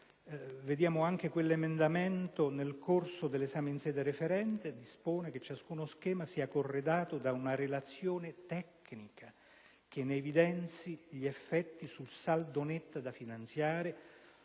sottolineo quell'emendamento, presentato nel corso dell'esame in sede referente, che dispone che ciascuno schema sia corredato da una relazione tecnica che ne evidenzi gli effetti sul saldo netto da finanziare,